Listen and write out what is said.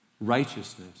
Righteousness